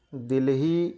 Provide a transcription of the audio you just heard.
Delhi